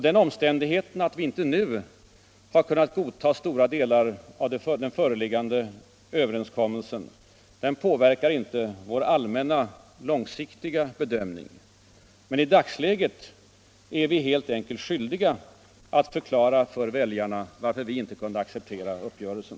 Den omständigheten att vi inte har kunnat godta stora delar av den föreliggande överenskommelsen påverkar inte vår allmänna, långsiktiga bedömning. Men i dagsläget är vi helt enkelt skyldiga att förklara för väljarna varför vi inte kunde acceptera uppgörelsen.